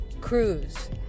cruise